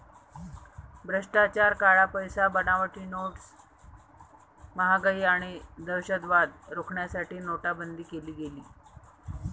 भ्रष्टाचार, काळा पैसा, बनावटी नोट्स, महागाई आणि दहशतवाद रोखण्यासाठी नोटाबंदी केली गेली